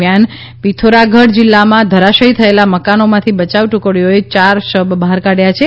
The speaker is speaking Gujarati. દરમિયાન પીથોરાગઢ જિલ્લામાં ધરાશાયી થયેલાં મકાનોમાંથી બચાવ ટુકડીઓ એ ચાર શબ બહાર કાઢ્યાં છે